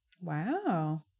Wow